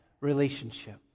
relationship